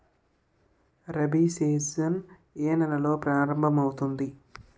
Rabi season ఏ నెలలో ప్రారంభమౌతుంది?